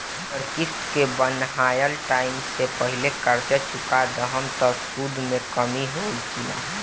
अगर किश्त के बनहाएल टाइम से पहिले कर्जा चुका दहम त सूद मे कमी होई की ना?